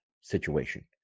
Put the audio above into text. situation